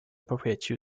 appropriate